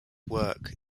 work